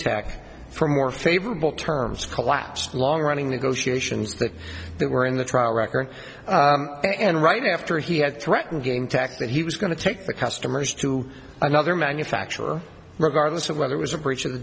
tech for more favorable terms collapsed long running negotiations that were in the trial record and right after he had threatened game tech that he was going to take the customers to another manufacturer regardless of whether was a breach of the